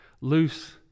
loose